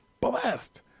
blessed